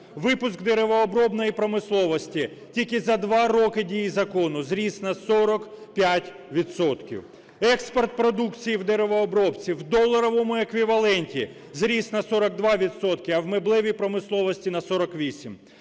Випуск деревообробної промисловості тільки за два роки дії закону зріс на 45 відсотків. Експорт продукції в деревообробці в доларовому еквіваленті зріс на 42 відсотки, а в меблевій промисловості – на 48.